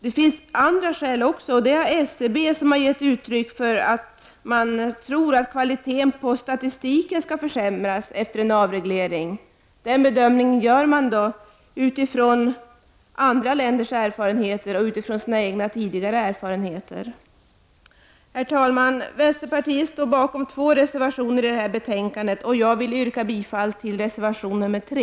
Statistiska centralbyrån har gett uttryck för farhågor att kvaliteten på statistiken skall försämras efter en avreglering. Den bedömningen gör man utifrån andra länders erfarenheter och egna tidigare erfarenheter. Vänsterpartiet står bakom två reservationer i detta betänkande, och jag yrkar bifall till reservation 3.